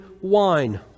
wine